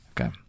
Okay